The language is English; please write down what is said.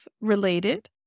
related